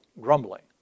grumbling